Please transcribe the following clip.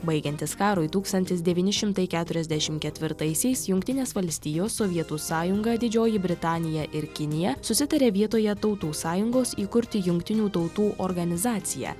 baigiantis karui tūkstantis devyni šimtai keturiasdešim ketvirtaisiais jungtinės valstijos sovietų sąjunga didžioji britanija ir kinija susitarė vietoje tautų sąjungos įkurti jungtinių tautų organizaciją